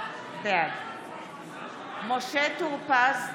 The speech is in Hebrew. בעד משה טור פז,